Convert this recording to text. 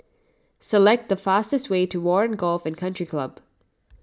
select the fastest way to Warren Golf and Country Club